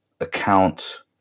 account